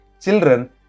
children